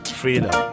freedom